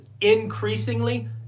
increasingly